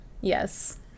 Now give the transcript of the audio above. Yes